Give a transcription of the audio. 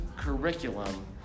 curriculum